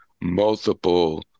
multiple